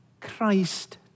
Christ